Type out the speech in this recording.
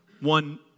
one